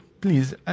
please